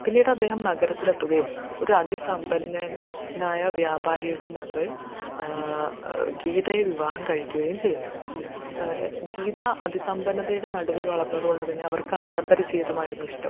പിന്നീട് അദ്ദേഹം നഗരത്തിലെത്തുകയും ഒരു അതി സമ്പന്നനായ വ്യാപാരിയുടെ മകൾ ഗീതയെ വിവാഹം കഴിക്കുകയും ചെയ്യുന്നു ഗീത അതിസമ്പന്നതയുടെ നടുവിൽ വളർന്നത് കൊണ്ട് തന്നെ അവർക്ക് ആഡംബര ജീവിതമായിരുന്നു ഇഷ്ടം